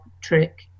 trick